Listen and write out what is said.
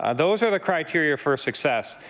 ah those are the criteria for success.